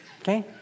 Okay